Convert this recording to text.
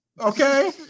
Okay